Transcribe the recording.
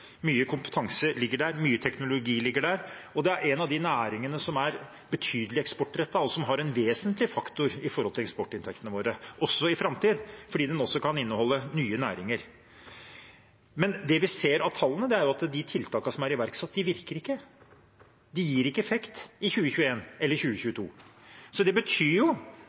Mye kompetanse ligger der, mye teknologi ligger der. Og det er en av de næringene som er betydelig eksportrettet, og som er en vesentlig faktor med hensyn til eksportinntektene våre, også i framtid, fordi den også kan inneholde nye næringer. Men det vi ser av tallene, er at de tiltakene som er iverksatt, ikke virker – de gir ikke effekt i 2021 eller 2022. Det betyr